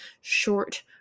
short